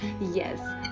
Yes